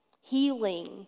healing